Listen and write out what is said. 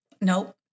nope